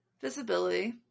Visibility